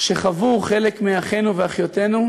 שחוו חלק מאחינו ואחיותינו,